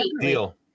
Deal